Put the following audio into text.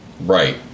right